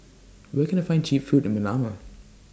Where Can I get Cheap Food in Manama